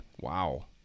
wow